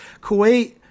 Kuwait